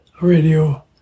radio